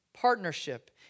partnership